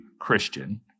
Christian